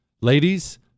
Ladies